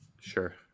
Sure